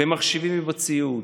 במחשבים ובציוד,